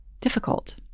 difficult